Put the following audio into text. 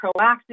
proactive